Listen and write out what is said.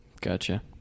Gotcha